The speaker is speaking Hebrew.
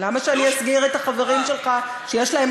למה שאני אסגיר את החברים שלך שיש להם